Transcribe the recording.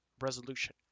resolution